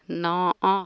ନଅ